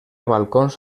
balcons